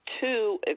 two